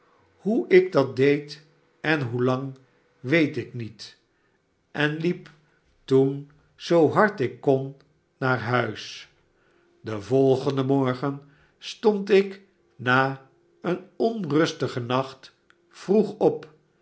hoe ik dat deed en hoelang weet ik niet en liep toen zoo hard ik kon naar huis den volgenden morgen stond ik na een onrustigen nacht vroeg op